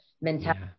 mentality